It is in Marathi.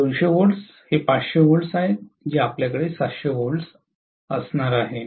२०० व्होल्ट्स हे 500 व्होल्ट्स आहेत जे आपल्याकडे 700 व्होल्ट्स आहे